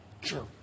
Sure